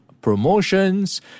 Promotions